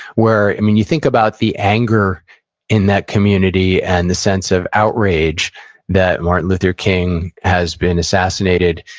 where, i mean, you think about the anger in that community, and the sense of outrage that martin luther king has been assassinated.